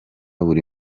buri